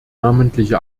namentliche